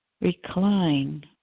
Recline